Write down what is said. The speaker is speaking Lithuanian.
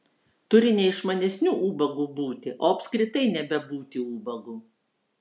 turi ne išmanesniu ubagu būti o apskritai nebebūti ubagu